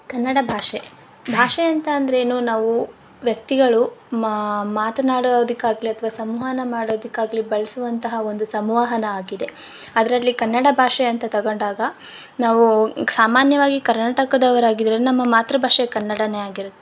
ಕನ್ನಡ ಭಾಷೆ ಭಾಷೆ ಅಂತಂದ್ರೆ ನಾವು ವ್ಯಕ್ತಿಗಳು ಮಾತನಾಡೋದಕ್ಕಾಗ್ಲಿ ಅಥ್ವ ಸಂವಹನ ಮಾಡೋದಕಾಗ್ಲಿ ಬಳ್ಸುವಂತಹ ಒಂದು ಸಂವಹನ ಆಗಿದೆ ಅದ್ರಲ್ಲಿ ಕನ್ನಡ ಭಾಷೆ ಅಂತ ತಗೊಂಡಾಗ ನಾವೂ ಸಾಮಾನ್ಯವಾಗಿ ಕರ್ನಾಟಕದವರಾಗಿದ್ರೆ ನಮ್ಮ ಮಾತೃ ಭಾಷೆ ಕನ್ನಡನೇ ಆಗಿರುತ್ತೆ